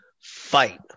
Fight